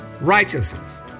righteousness